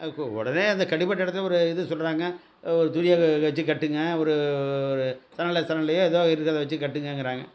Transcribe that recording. கு உடனே அந்த கடிப்பட்ட இடத்துல ஒரு இது சொல்லுறாங்க ஒரு துணியை வச்சு கட்டுங்க ஒரு ஒரு சணலை சணலையோ ஏதோ இருக்கிறத வச்சு கட்டுங்கள்ங்கிறாங்க